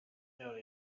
yabo